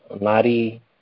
Nari